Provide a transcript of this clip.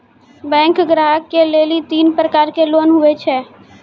Bank ग्राहक के लेली तीन प्रकर के लोन हुए छै?